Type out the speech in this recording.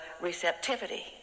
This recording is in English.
receptivity